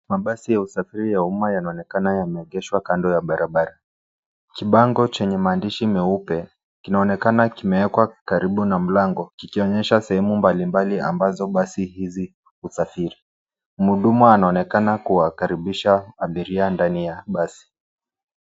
Mabasi ya usafiri ya umma yanaonekana yameegeshwa kando ya barabara. Kibango chenye maandishi meupe kinaonekana kimewekwa karibu na mlango kikionyesha sehemu mabalimbali ambazo basi hizi husafiri. Mhudumu anaonekana kuwakaribisha abiria ndani ya basi.